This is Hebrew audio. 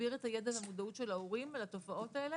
להגביר את הידע והמודעות של ההורים לתופעות האלה